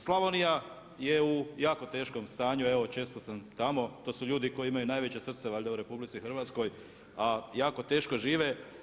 Slavonija je u jako teškom stanju, evo često sam tamo, to su ljudi koji imaju najveće srce valjda u RH a jako teško žive.